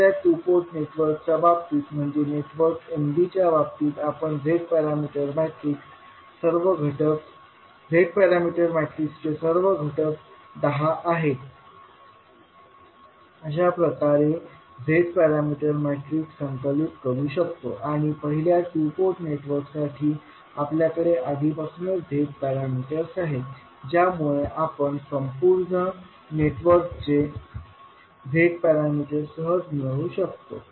दुसऱ्या two port नेटवर्कच्या बाबतीत म्हणजे नेटवर्क Nbच्या बाबतीत आपण Z पॅरामीटर मॅट्रिक्सचे सर्व घटक 10 आहेत अशाप्रकारे Z पॅरामीटर मॅट्रिक्स संकलित करू शकतो आणि पहिल्या टू पोर्ट नेटवर्कसाठी आपल्याकडे आधीपासूनच Z पॅरामीटर्स आहेत ज्यामुळे आपण संपूर्ण नेटवर्कचे झेड पॅरामीटर सहज मिळवू शकतो